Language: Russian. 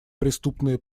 преступные